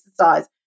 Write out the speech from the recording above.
exercise